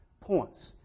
points